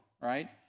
right